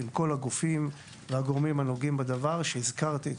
עם כל הגופים והגורמים הנוגעים בדבר שהזכרתי,